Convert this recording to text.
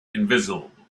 invisible